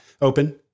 open